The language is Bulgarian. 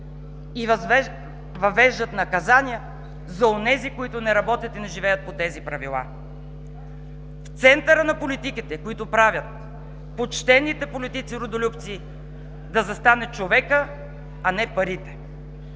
и въвеждат наказания за онези, които не работят и не живеят по тези правила. В центъра на политиките, които правят почтените политици родолюбци, да застане човекът, а не парите.